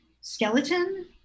skeleton